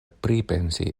pripensi